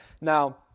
Now